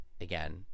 again